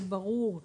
זה ברור,